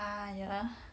ah ya lah